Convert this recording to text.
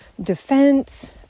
defense